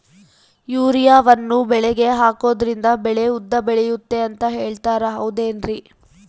ಯೂರಿಯಾವನ್ನು ಬೆಳೆಗೆ ಹಾಕೋದ್ರಿಂದ ಬೆಳೆ ಉದ್ದ ಬೆಳೆಯುತ್ತೆ ಅಂತ ಹೇಳ್ತಾರ ಹೌದೇನ್ರಿ?